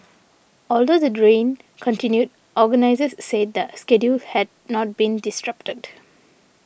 although the dream continued organisers said the schedule had not been disrupted